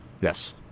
Yes